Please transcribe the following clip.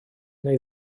neu